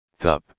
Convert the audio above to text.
Thup